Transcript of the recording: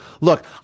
Look